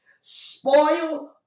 spoil